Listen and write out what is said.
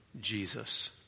Jesus